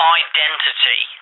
identity